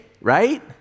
right